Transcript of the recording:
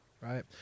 right